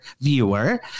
viewer